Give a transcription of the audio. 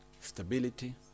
stability